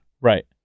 Right